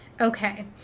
Okay